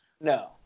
No